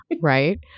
Right